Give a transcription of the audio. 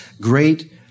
great